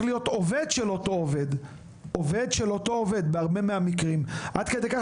להיות עובד של אותו עובד בהרבה מהמקרים עד כדי כך